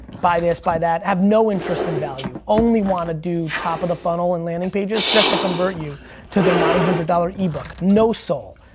buy this, buy that, have no interest in value. only wanna do top of the funnel in landing pages, just to convert you to their nine hundred dollars ebook. no soul,